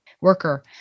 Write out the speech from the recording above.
worker